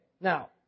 now